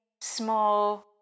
small